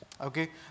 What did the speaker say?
Okay